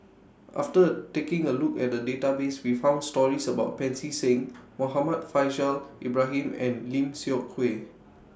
after taking A Look At The Database We found stories about Pancy Seng Muhammad Faishal Ibrahim and Lim Seok Hui